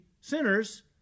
sinners